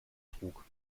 trug